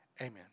Amen